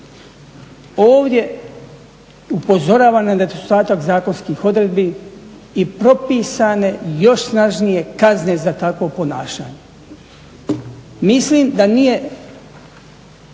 Ovdje upozoravam na nedostatak zakonskih odredbi i propisane još snažnije kazne za takvo ponašanje. Mislim da nije